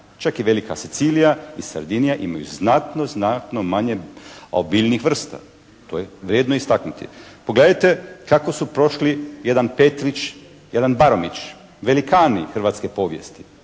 čak i velika Sicilija i Sardinija imaju znatno, znatno manje biljnih vrsta. To je vrijedno istaknuti. Pogledajte kako su prošli jedan Petrić, jedan Barunić, velikani hrvatske povijesti.